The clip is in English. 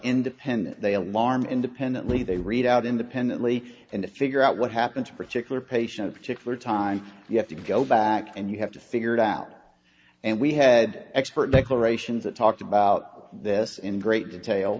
independent they alarm independently they read out independently and figure out what happened to particular patient a particular time you have to go back and you have to figure it out and we had expert declarations that talked about this in great detail